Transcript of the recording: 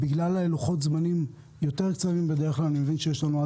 אנחנו לוחות זמנים יותר קצרים ואני מבין שיש לנו זמן